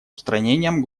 устранением